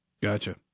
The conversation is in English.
Gotcha